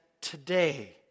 today